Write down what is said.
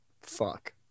Fuck